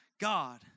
God